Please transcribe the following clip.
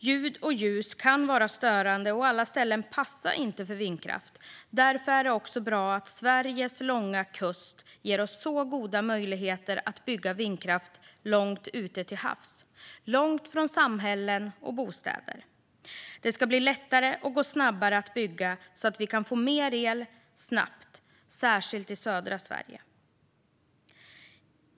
Ljud och ljus kan vara störande, och alla ställen passar inte för vindkraft. Därför är det bra att Sveriges långa kust ger oss goda möjligheter att bygga vindkraft långt ute till havs, långt från samhällen och bostäder. Det ska bli lättare och gå snabbare att bygga, så att vi kan få mer el, snabbt, särskilt i södra Sverige.